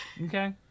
Okay